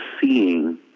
seeing